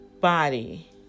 body